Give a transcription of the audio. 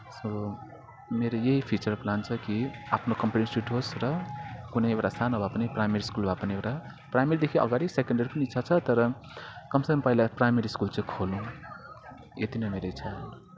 so मेरो यही future plan छ कि आफ्नो कम्प्युटर इन्स्टिट्युट होस् र कुनै एउटा सानो भए पनि प्राइमेरी स्कुल भए पनि प्राइमेरीदेखि अगाडि सेकेन्डरी पनि इच्छा छ तर कमसेकम पहिला प्राइमेरी स्कुल चाहिँ खोलुँ यति नै हो मेरो इच्छा